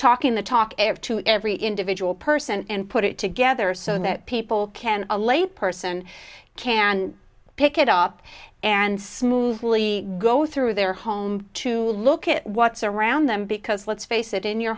talking the talk to every individual person and put it together so that people can a lay person can pick it up and smoothly go through their home to look at what's around them because let's face it in your